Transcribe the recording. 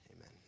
Amen